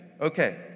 Okay